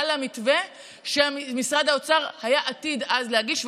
על המתווה שמשרד האוצר היה עתיד אז להגיש,